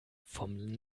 vom